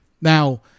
Now